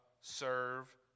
serve